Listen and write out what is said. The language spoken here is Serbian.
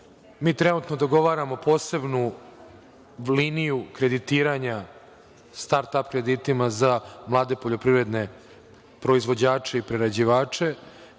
mi trenutno dogovaramo posebnu liniju kreditiranja start-ap kreditima za mlade poljoprivredne proizvođače i prerađivače